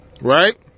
right